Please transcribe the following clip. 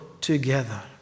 together